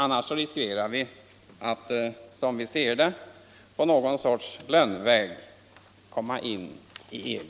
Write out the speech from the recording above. Annars riskerar vårt land, som vi ser det, att på någon sorts lönnväg komma in i EG.